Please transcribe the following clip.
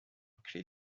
clef